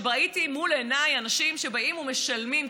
וראיתי מול עיניי אנשים שבאים ומשלמים,